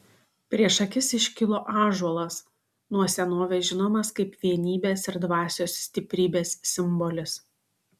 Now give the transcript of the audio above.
prieš akis iškilo ąžuolas nuo senovės žinomas kaip vienybės ir dvasios stiprybės simbolis